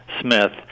Smith